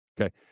Okay